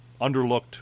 underlooked